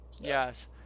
yes